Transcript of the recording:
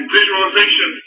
visualization